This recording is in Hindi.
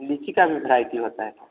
लीची की भी भेराइटी होता है क्या